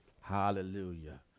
Hallelujah